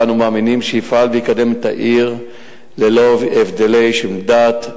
ואנו מאמינים שהוא יפעל ויקדם את העיר ללא הבדלים של דת,